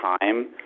time